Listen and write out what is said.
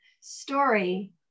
story